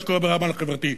מה שקורה ברמאללה חברתי,